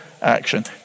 action